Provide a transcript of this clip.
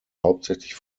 hauptsächlich